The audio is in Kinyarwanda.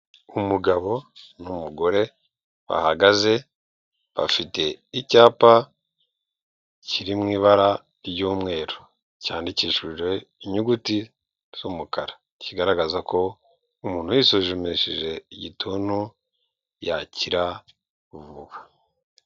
Umugabo n'umugore bahagaze bafite icyapa kiri mu ibara ry'umweru cyandikishije inyuguti z'umukara, kigaragaza ko umuntu yisuzumishije igituntu yakira vuba.